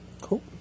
Cool